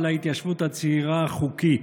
על ההתיישבות הצעירה החוקית.